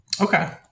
Okay